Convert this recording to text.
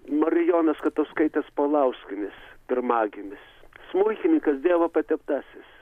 marijonos katauskaitės palauskienės pirmagimis smuikininkas dievo pateptasis